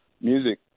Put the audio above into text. music